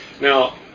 Now